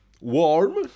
warm